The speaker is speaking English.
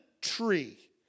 tree